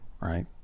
Right